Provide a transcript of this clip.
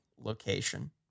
location